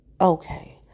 okay